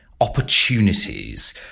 opportunities